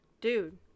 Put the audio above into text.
Dude